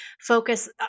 focus